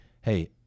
Hey